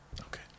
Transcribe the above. Okay